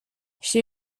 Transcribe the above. she